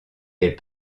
est